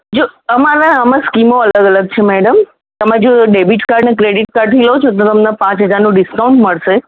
જો અમારા અમારી સ્કીમો અલગ અલગ છે મૅડમ તમે જો ડૅબિટ કાર્ડ અને ક્રૅડિટ કાર્ડથી લો છો તો તમને પાંચ હજારનું ડિસ્કાઉન્ટ મળશે